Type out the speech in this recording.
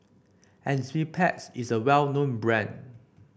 Enzyplex is a well known brand